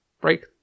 break